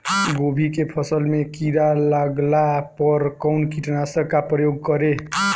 गोभी के फसल मे किड़ा लागला पर कउन कीटनाशक का प्रयोग करे?